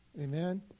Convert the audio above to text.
amen